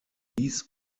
dies